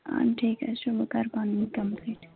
آ ٹھیٖک حظ چھُ بہٕ کَرٕ پانے کَمپٕلیٹ